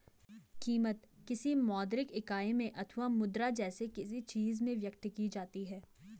कीमत, किसी मौद्रिक इकाई में अथवा मुद्रा जैसी किसी चीज में व्यक्त की जाती है